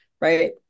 right